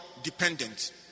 dependent